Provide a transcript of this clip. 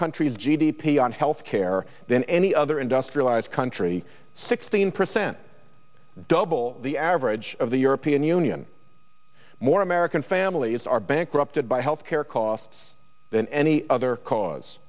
country's g d p on health care than any other industrialized country sixteen percent double the average of the european union more american families are bankrupted by health care costs than any other cause